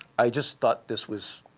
i just thought this was